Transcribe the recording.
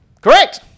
Correct